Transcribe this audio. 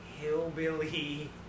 hillbilly